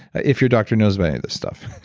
if your doctor knows many of this stuff